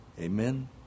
Amen